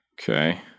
Okay